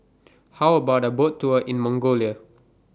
How about A Boat Tour in Mongolia